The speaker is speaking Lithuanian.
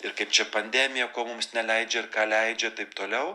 ir kaip čia pandemija ko mums neleidžia ir ką leidžia taip toliau